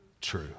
true